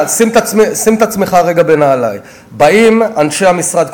שים את עצמך רגע בנעלי: באים אנשי המשרד,